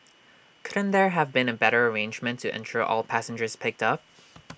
couldn't there have been A better arrangement to ensure all passengers picked up